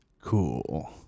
Cool